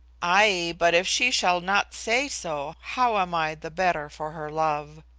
ay, but if she shall not say so, how am i the better for her love?